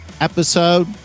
episode